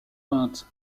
peintes